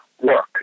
work